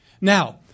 Now